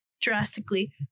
drastically